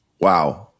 Wow